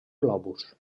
globus